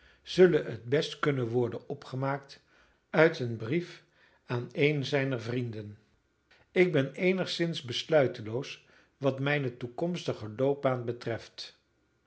zullen het best kunnen worden opgemaakt uit een brief aan een zijner vrienden ik ben eenigszins besluiteloos wat mijne toekomstige loopbaan betreft